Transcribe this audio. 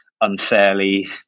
unfairly